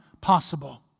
possible